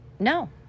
No